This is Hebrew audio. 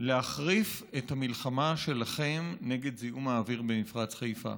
להחריף את המלחמה שלכם נגד זיהום האוויר במפרץ חיפה.